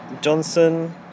Johnson